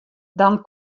dan